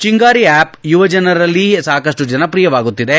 Chingari app ಯುವಜನರಲ್ಲಿ ಸಾಕಷ್ಟು ಜನಪ್ರಿಯವಾಗುತ್ತಿದೆ